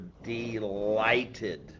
Delighted